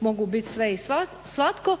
mogu biti sve i svatko.